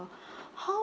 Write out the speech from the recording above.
how